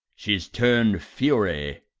she s turned fury.